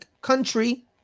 country